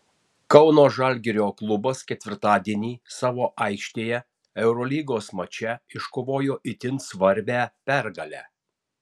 kauno žalgirio klubas ketvirtadienį savo aikštėje eurolygos mače iškovojo itin svarbią pergalę